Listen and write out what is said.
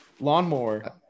lawnmower